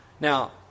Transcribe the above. Now